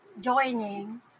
joining